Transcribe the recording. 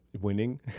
winning